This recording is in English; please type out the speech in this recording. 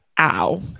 ow